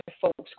folks